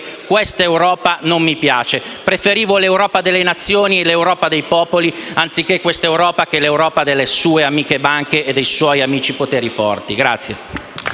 questa Europa non mi piace: preferivo l'Europa delle Nazioni e dei popoli, anziché quest'Europa delle sue amiche banche e dei suoi amici poteri forti*.